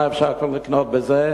מה כבר אפשר לקנות בזה?